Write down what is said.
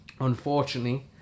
Unfortunately